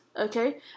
Okay